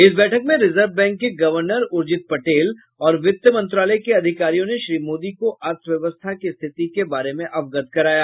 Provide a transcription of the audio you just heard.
इस बैठक में रिजर्व बैंक के गवर्नर उर्जित पटेल और वित्त मंत्रालय के अधिकारियों ने श्री मोदी को अर्थव्यवस्था की स्थिति के बारे में अवगत कराया